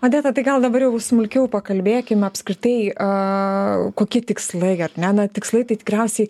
odeta tai gal dabar jau smulkiau pakalbėkim apskritai a kokie tikslai ar ne na tikslai tai tikriausiai